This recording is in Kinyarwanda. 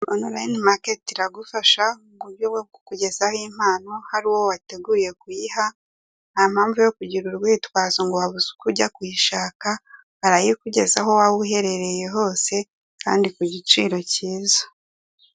Online market iragufasha kukugezaho impano, hari uwo wateguye kuyiha nta mpamvu yo kugira urwitwazo ngo habuze uko ujya kuyishaka, arayikugezaho aho waba uherereye hose kandi ku giciro cyiza.